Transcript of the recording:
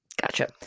Gotcha